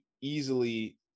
easily